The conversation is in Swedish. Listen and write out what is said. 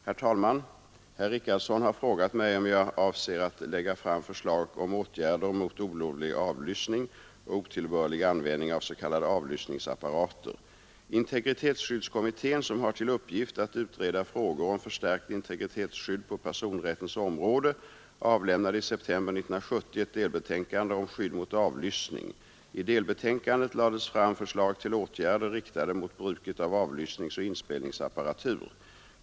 Herr talman! Herr Richardson har frågat mig om jag avser att lägga fram förslag om åtgärder mot olovlig avlyssning och otillbörlig användning av s.k. avlyssningsapparater. Integritetsskyddskommittén, som har till uppgift att utreda frågor om förstärkt integritetsskydd på personrättens område, avlämnade i september 1970 ett delbetänkande, Skydd mot avlyssning. I delbetänkandet lades fram förslag till åtgärder riktade mot bruket av avlyssningsoch inspelningsapparatur.